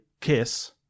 kiss